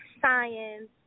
science